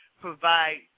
provide